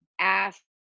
ask